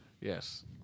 Yes